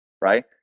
Right